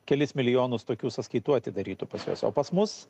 kelis milijonus tokių sąskaitų atidarytų pas juos o pas mus